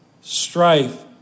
strife